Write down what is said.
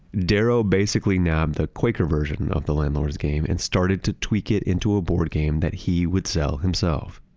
darrow basically nabbed the quaker version of the landlord's game and started to tweak it into a board game that he would sell himself.